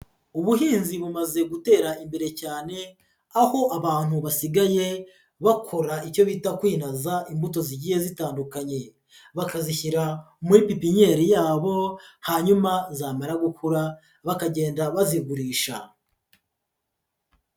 Ubuhinzi bumaze gutera imbere cyane, aho abantu basigaye bakora icyo bita kwinaza imbuto zigiye zitandukanye, bakazishyira muri pipinyeri yabo, hanyuma zamara gukura bakagenda bazigurisha.